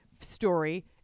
story